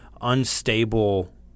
unstable